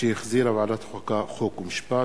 שהחזירה ועדת החוקה, חוק ומשפט,